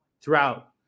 throughout